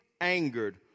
angered